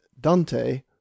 dante